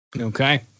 Okay